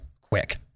quick